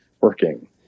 working